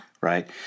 Right